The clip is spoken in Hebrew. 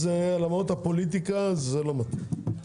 למרות הפוליטיקה זה לא מתאים.